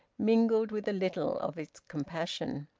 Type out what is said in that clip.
mingled with a little of its compassion.